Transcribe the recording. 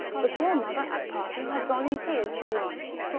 the poor mother at parting had gone in tears to the marshal,